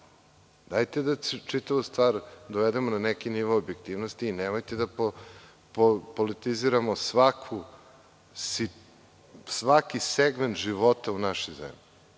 Dajte da čitavu stvar dovedemo na neki nivo objektivnosti i nemojte da politiziramo svaki segment života u našoj zemlji.